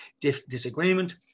disagreement